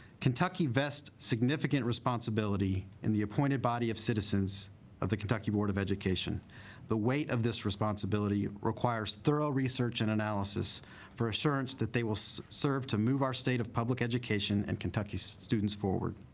kentucky vest significant responsibility in the appointed body of citizens of the kentucky board of education the weight of this responsibility requires thorough research and analysis for assurance that they will so serve to move our state of public education and kentucky's students forward